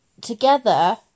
together